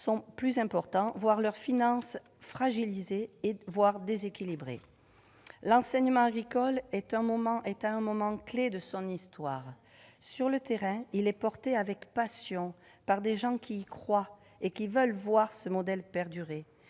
plus importants, sont fragilisées, voire déséquilibrées. L'enseignement agricole est à un moment clé de son histoire. Sur le terrain, il est défendu avec passion par des personnes qui y croient et qui veulent voir ce modèle perdurer,